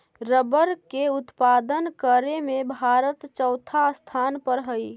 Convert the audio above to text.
rubber के उत्पादन करे में भारत चौथा स्थान पर हई